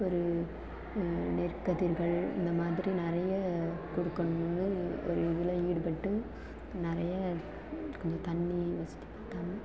ஒரு நெற்கதிர்கள் இந்த மாதிரி நிறைய கொடுக்கணுன்னு ஒரு இதில் ஈடுபட்டு நிறைய கொஞ்சம் தண்ணி வசதி பத்தாமல்